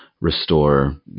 restore